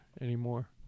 anymore